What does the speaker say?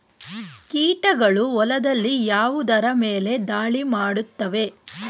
ಕೀಟಗಳು ಹೊಲದಲ್ಲಿ ಯಾವುದರ ಮೇಲೆ ಧಾಳಿ ಮಾಡುತ್ತವೆ?